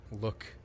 look